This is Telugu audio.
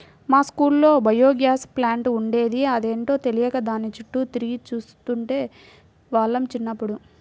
మా స్కూల్లో బయోగ్యాస్ ప్లాంట్ ఉండేది, అదేంటో తెలియక దాని చుట్టూ తిరిగి చూస్తుండే వాళ్ళం చిన్నప్పుడు